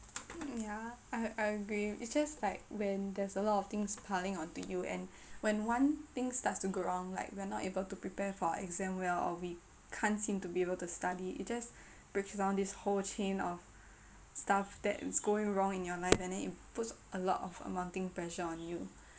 mm yeah I I agree it's just like when there's a lot of things piling onto you and when one thing starts to go wrong like we're not able to prepare for our exam well or we can't seem to be able to study it just breaks down this whole chain of stuff that is going wrong in your life and then it puts a lot of uh mounting pressure on you